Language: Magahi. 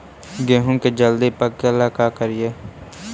गेहूं के जल्दी पके ल का करियै?